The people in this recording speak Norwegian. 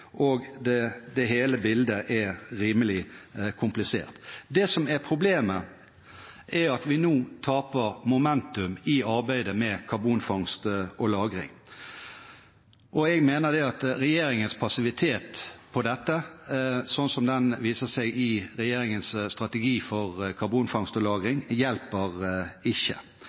hele bildet er rimelig komplisert. Det som er problemet, er at vi nå taper momentum i arbeidet med karbonfangst og -lagring. Jeg mener at regjeringens passivitet på dette feltet, sånn som den viser seg i regjeringens strategi for karbonfangst og